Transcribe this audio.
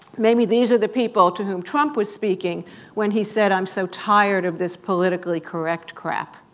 maybe these are the people to whom trump was speaking when he said, i'm so tired of this politically correct crap.